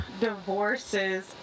Divorces